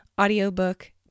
audiobook